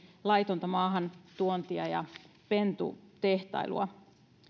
laitonta maahantuontia ja pentutehtailua